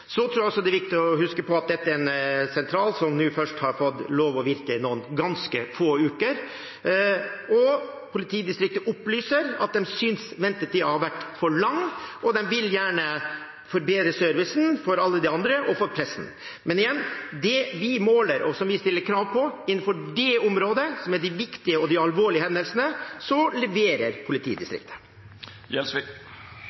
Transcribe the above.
Så tror jeg også det er viktig å huske på at dette er en sentral som nå kun har fått lov å virke noen ganske få uker. Politidistriktet opplyser at de synes ventetiden har vært for lang, og de vil gjerne forbedre servicen for alle – også for pressen. Men igjen: Det vi måler, og som vi stiller krav til på det området, er de viktige og alvorlige hendelsene, og der leverer